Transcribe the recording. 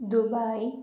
Dubai